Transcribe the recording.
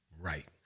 Right